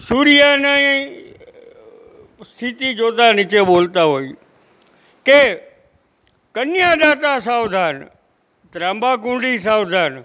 સૂર્યને સ્થિતિ જોતાં નીચે બોલતા હોય કે કન્યાદાતા સાવધાન ત્રાંબાકુંડી સાવધાન